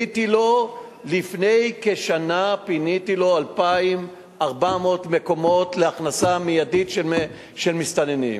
לפני כשנה פיניתי לו 2,400 מקומות להכנסה מיידית של מסתננים.